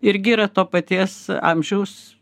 irgi yra to paties amžiaus